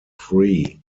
free